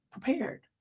prepared